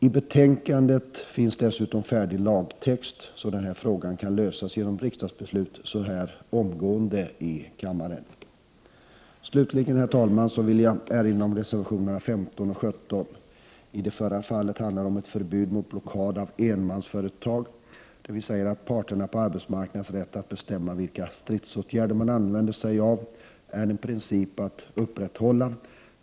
I betänkandet finns dessutom färdig lagtext, varför denna fråga kan lösas genom riksdagsbeslut omgående här i kommunen. Slutligen, herr talman, vill jag erinra om reservationerna 15 och 17. I det förra fallet handlar det om förbud om blockad av enmansföretag. Vi säger att parternas på arbetsmarknaden rätt att bestämma vilka stridsåtgärder man använder sig av är en princip värd att upprätthålla.